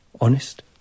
Honest